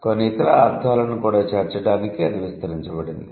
కొన్ని ఇతర అర్ధాలను కూడా చేర్చడానికి అది విస్తరించబడింది